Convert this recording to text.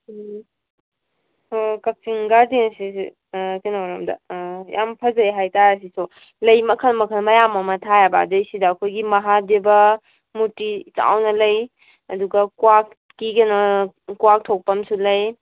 ꯎꯝ ꯍꯣꯏ ꯍꯣꯏ ꯀꯛꯆꯤꯡ ꯒꯥꯔꯗꯦꯟꯁꯤꯁꯨ ꯀꯩꯅꯣꯔꯣꯝꯗ ꯌꯥꯝ ꯐꯖꯩ ꯍꯥꯏꯇꯥꯔꯦ ꯁꯤꯁꯨ ꯂꯩ ꯃꯈꯜ ꯃꯈꯜ ꯃꯌꯥꯝ ꯑꯃ ꯊꯥꯏꯑꯦꯕ ꯑꯗꯩ ꯁꯤꯗ ꯑꯩꯈꯣꯏ ꯃꯍꯥꯗꯦꯕ ꯃꯨꯔꯇꯤ ꯆꯥꯎꯅ ꯂꯩ ꯑꯗꯨꯒ ꯀ꯭ꯋꯥꯛꯀꯤ ꯀꯩꯅꯣ ꯀ꯭ꯋꯥꯛ ꯊꯣꯛꯐꯝꯁꯨ ꯂꯩ